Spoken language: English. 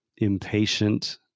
impatient